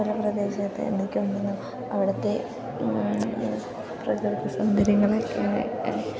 പല പ്രദേശത്തെ എന്തൊക്കെയുണ്ടെന്നും അവിടുത്തെ പ്രകൃത സൗന്ദര്യങ്ങളൊക്കെ